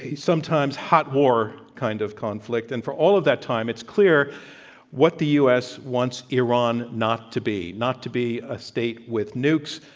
a sometimes-hot war kind of conflict. and for all of that time, it's clear what the u. s. wants iran not to be, not to be a state with nukes,